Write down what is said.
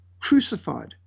crucified